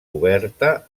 coberta